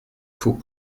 faut